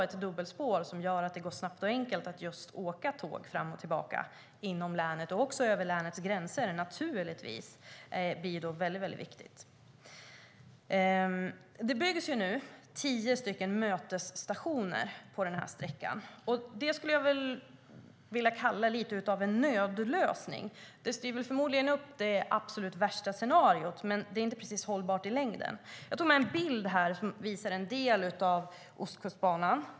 Ett dubbelspår som gör det snabbt och enkelt att åka tåg fram och tillbaka inom länet och över länets gränser är naturligtvis viktigt. Det byggs nu tio mötesstationer på sträckan. Jag kallar det lite av en nödlösning. Den styr förmodligen upp det absolut värsta scenariot, men det är inte precis hållbart i längden. Jag har tagit med mig en bild här till kammaren som visar en del av Ostkustbanan.